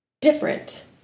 different